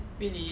really